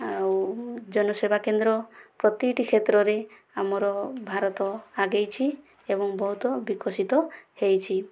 ଆଉ ଜନ ସେବା କେନ୍ଦ୍ର ପ୍ରତିଟି କ୍ଷେତ୍ରରେ ଆମର ଭାରତ ଆଗେଇଛି ଏବଂ ବହୁତ ବିକଶିତ ହୋଇଛି